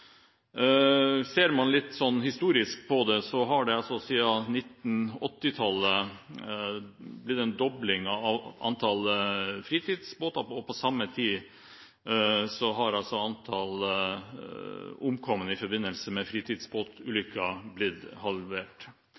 det, har det siden 1980-tallet vært en dobling av antallet fritidsbåter. I samme tidsrom har antallet omkomne i forbindelse med fritidsbåtulykker blitt halvert.